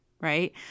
right